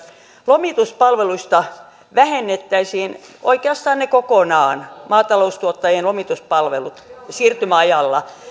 lomituspalveluista vähennettäisiin oikeastaan kokonaan maataloustuottajien lomituspalvelut siirtymäajalla